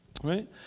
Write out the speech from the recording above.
Right